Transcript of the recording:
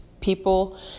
people